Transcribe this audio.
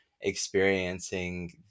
experiencing